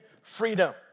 freedom